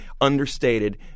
understated